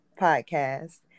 podcast